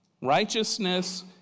Righteousness